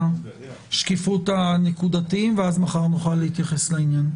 השקיפות הנקודתיים ואז מחר נוכל להתייחס לעניין.